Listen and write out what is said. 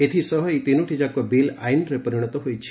ଏଥିସହ ଏହି ତିନୋଟି ଯାକ ବିଲ୍ ଆଇନ୍ରେ ପରିଣତ ହୋଇଛି